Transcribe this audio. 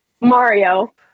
Mario